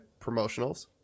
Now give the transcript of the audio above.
promotionals